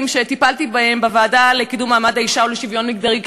שטיפלתי בהם בוועדה לקידום מעמד האישה ולשוויון מגדרי,